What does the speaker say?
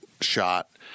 shot